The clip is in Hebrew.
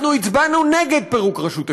אנחנו הצבענו נגד פירוק רשות השידור,